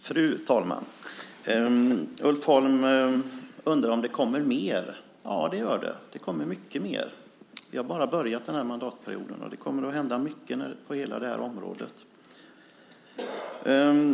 Fru talman! Ulf Holm undrar om det kommer mer. Ja, det gör det - det kommer mycket mer. Den här mandatperioden har bara börjat. Det kommer att hända mycket på hela det här området.